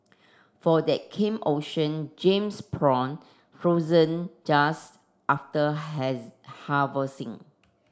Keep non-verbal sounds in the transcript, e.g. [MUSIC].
for that came Ocean Gems prawn frozen just after [UNINTELLIGIBLE] harvesting